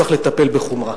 צריך לטפל בחומרה.